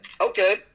Okay